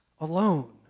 alone